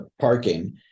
parking